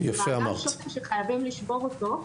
אז זה מעגל שחייבים לשבור אותו.